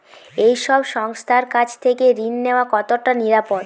এই সব সংস্থার কাছ থেকে ঋণ নেওয়া কতটা নিরাপদ?